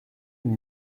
une